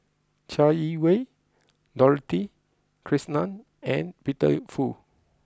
Chai Yee Wei Dorothy Krishnan and Peter Fu